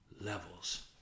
levels